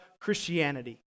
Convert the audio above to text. Christianity